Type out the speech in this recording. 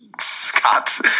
Scott